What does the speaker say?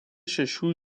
šešių